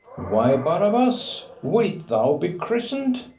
why, barabas, wilt thou be christened?